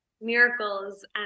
miracles